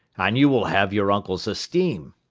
and you will have your uncle's esteem.